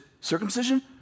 circumcision